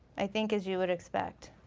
i think as you would expect.